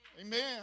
Amen